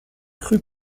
crues